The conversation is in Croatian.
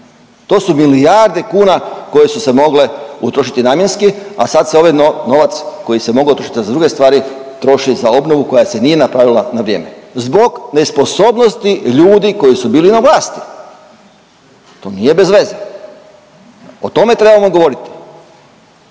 To su milijarde kuna koje su se mogle utrošiti namjenski, a sad se ovaj novac koji se mogao utrošiti za druge stvari troši za obnovu koja se nije napravila na vrijeme zbog nesposobnosti ljudi koji su bili na vlasti. To nije bezveze. O tome trebamo govoriti.